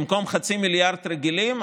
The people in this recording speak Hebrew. במקום חצי מיליארד רגילים,